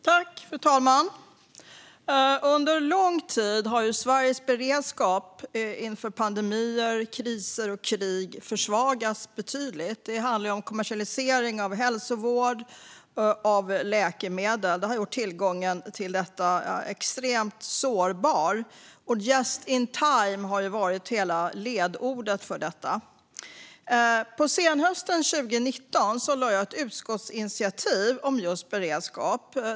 Fru talman! Under lång tid har Sveriges beredskap inför pandemier, kriser och krig försvagats betydligt. Det handlar om kommersialisering av hälsovård och läkemedel som har gjort att tillgången till detta extremt sårbar. Just in time har varit ledorden för detta. På senhösten 2019 lade jag fram ett förslag till utskottsinitiativ om just beredskap.